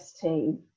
team